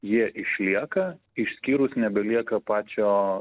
jie išlieka išskyrus nebelieka pačio